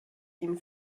ihn